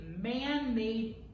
man-made